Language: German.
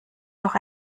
noch